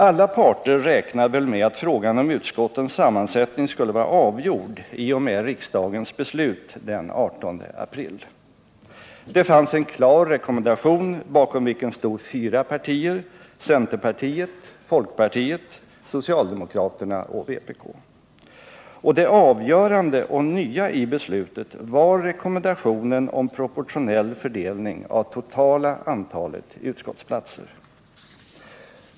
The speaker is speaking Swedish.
Alla parter räknade väl med att frågan om utskottens sammansättning skulle vara avgjord i och med riksdagens beslut den 18 april. Det fanns en klar rekommendation bakom vilken stod fyra partier — centerpartiet, folkpartiet, socialdemokraterna och vpk. Och det avgörande och nya i beslutet var rekommendationen om proportionell fördelning av totala antalet utskottsplatser.